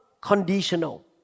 conditional